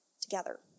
together